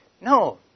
No